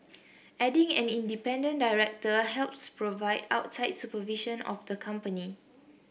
adding an independent director helps provide outside supervision of the company